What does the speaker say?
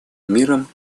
миром